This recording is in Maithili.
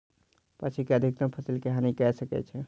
पक्षी अधिकतम फसिल के हानि कय सकै छै